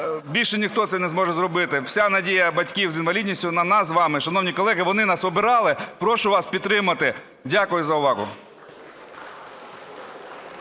більше ніхто це не зможе зробити. Вся надія батьків – з інвалідністю на нас з вами, шановні колеги, вони нас обирали. Прошу вас підтримати. Дякую за увагу.